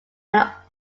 are